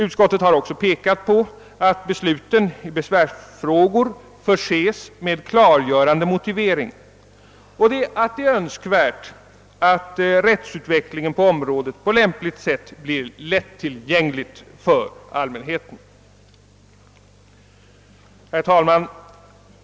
Utskottet har också pekat på angelägenheten av att besluten i besvärsfrågor förses med klargörande motivering och har uttalat att det är önskvärt att de beslut som kan vara vägledande för rättsutvecklingen på området blir tillgängliga för allmänheten. Herr talman!